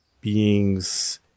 beings